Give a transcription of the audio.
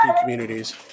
communities